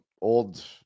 old